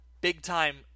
big-time